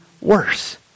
worse